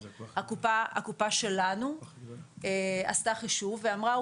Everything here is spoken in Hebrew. הקופה שלנו עשתה חישוב ואמרה,